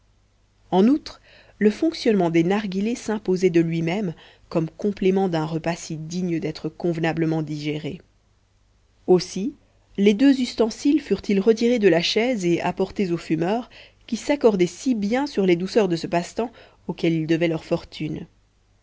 en outre le fonctionnement des narghilés s'imposait de lui-même comme complément d'un repas si digne d'être convenablement digéré aussi les deux ustensiles furent-ils retirés de la chaise et apportés aux fumeurs qui s'accordaient si bien sur les douceurs de ce passe-temps auquel ils devaient leur fortune